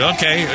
Okay